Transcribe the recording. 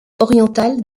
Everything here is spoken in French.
orientale